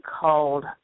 called